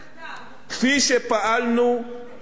כפי שפעלנו עד היום,